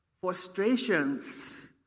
frustrations